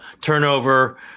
turnover